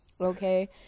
Okay